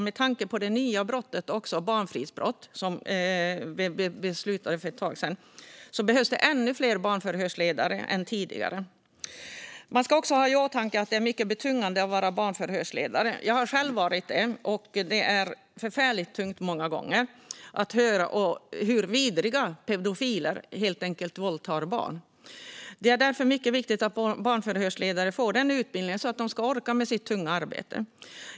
Med tanke på den nya brottsrubriceringen barnfridsbrott, som det beslutades om för ett tag sedan, behövs det ännu fler barnförhörsledare än tidigare. Man ska också ha i åtanke att det är mycket betungande att vara barnförhörsledare. Jag har själv varit det. Det är många gånger förfärligt tungt att höra hur vidriga pedofiler våldtar barn. Det är därför mycket viktigt att barnförhörsledare får utbildning så att de orkar med sitt tunga arbete.